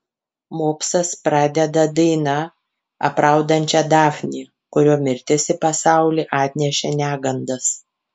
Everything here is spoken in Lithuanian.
mopsas pradeda daina apraudančia dafnį kurio mirtis į pasaulį atnešė negandas